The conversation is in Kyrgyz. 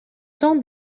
соң